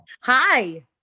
hi